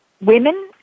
women